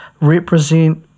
represent